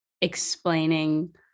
explaining